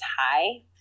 high